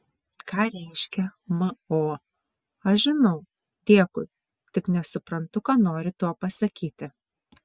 ką reiškia mo aš žinau dėkui tik nesuprantu ką nori tuo pasakyti